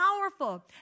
powerful